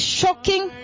shocking